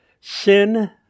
Sin